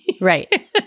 Right